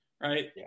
right